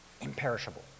Imperishable